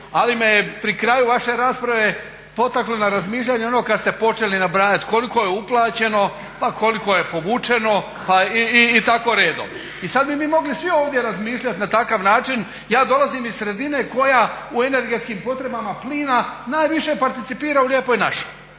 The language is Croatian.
ali me pri kraju vaše rasprave potaklo na razmišljanje ono kad ste počeli nabrajat koliko je uplaćeno, pa koliko je povučeno i tako redom. I sad bi mi mogli svi ovdje razmišljat na takav način. Ja dolazim iz sredine koja u energetskim potrebama plina najviše participira u Lijepoj našoj,